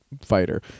fighter